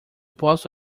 posso